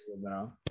now